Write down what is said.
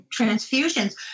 transfusions